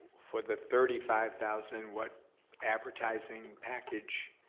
for the thirty five thousand what advertising package